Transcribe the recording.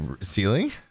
ceiling